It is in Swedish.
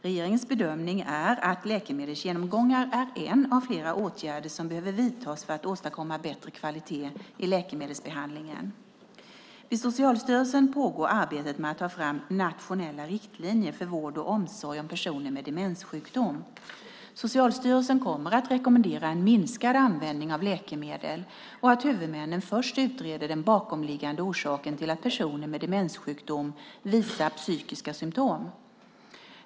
Regeringens bedömning är att läkemedelsgenomgångar är en av flera åtgärder som behöver vidtas för att åstadkomma bättre kvalitet i läkemedelsbehandlingen. Vid Socialstyrelsen pågår arbetet med att ta fram nationella riktlinjer för vård och omsorg om personer med demenssjukdom. Socialstyrelsen kommer att rekommendera en minskad användning av läkemedel och att huvudmännen först utreder den bakomliggande orsaken till att personer med demenssjukdom visar psykiska symtom.